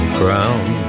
ground